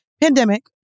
pandemic